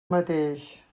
mateix